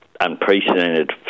unprecedented